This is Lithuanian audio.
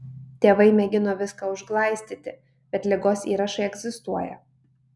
tėvai mėgino viską užglaistyti bet ligos įrašai egzistuoja